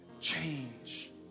change